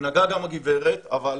נגעה בזה גם הגברת, אבל